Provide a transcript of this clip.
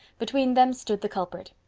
between them stood the culprit.